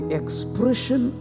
expression